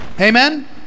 Amen